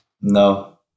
no